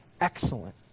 excellent